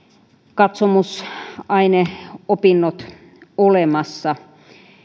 katsomusaineopinnot olemassa